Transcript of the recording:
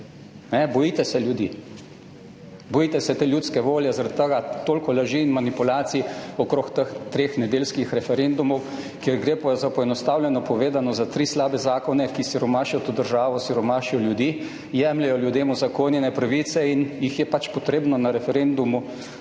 Bojite se ljudi, bojite se te ljudske volje, zaradi tega toliko laži in manipulacij okrog teh treh nedeljskih referendumov, kjer gre za, poenostavljeno povedano, za tri slabe zakone, ki siromašijo to državo, siromašijo ljudi, jemljejo ljudem uzakonjene pravice in jih je pač potrebno na referendumu